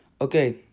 Okay